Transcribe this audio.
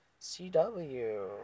cw